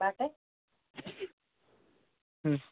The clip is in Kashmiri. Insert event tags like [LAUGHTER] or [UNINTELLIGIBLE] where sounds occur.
[UNINTELLIGIBLE]